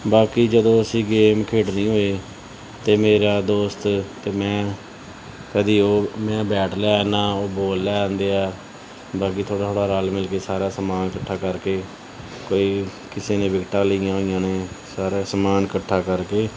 ਬਾਕੀ ਜਦੋਂ ਅਸੀਂ ਗੇਮ ਖੇਡਣੀ ਹੋਏ ਤਾਂ ਮੇਰਾ ਦੋਸਤ ਅਤੇ ਮੈਂ ਕਦੀ ਉਹ ਮੈਂ ਬੈਟ ਲੈ ਆਉਂਦਾ ਉਹ ਬੋਲ ਲੈ ਆਉਂਦੇ ਆ ਬਾਕੀ ਥੋੜ੍ਹਾ ਥੋੜ੍ਹਾ ਰਲ ਮਿਲ ਕੇ ਸਾਰਾ ਸਮਾਨ ਇਕੱਠਾ ਕਰਕੇ ਕੋਈ ਕਿਸੇ ਨੇ ਵਿਕਟਾਂ ਲਈਆਂ ਹੋਈਆਂ ਨੇ ਸਾਰਾ ਸਮਾਨ ਇਕੱਠਾ ਕਰਕੇ